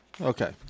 okay